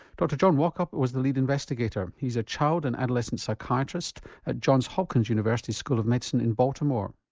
dr john walkup was the lead investigator he's a child and adolescent psychiatrist at john hopkins university school of medicine in baltimore.